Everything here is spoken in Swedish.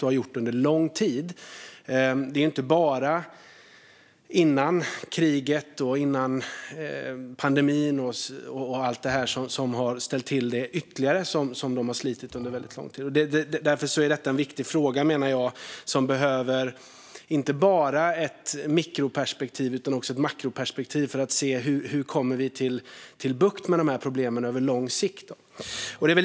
Det har de gjort under lång tid och inte bara på grund av kriget och pandemin som har ställt till det ytterligare. Jag menar därför att detta är en viktig fråga. Det behövs inte bara ett mikroperspektiv utan också ett makroperspektiv för att se hur vi ska få bukt med problemen på lång sikt.